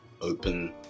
open